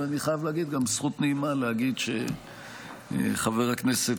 אבל אני חייב לומר שגם זכות נעימה לומר שבעניין הזה חבר הכנסת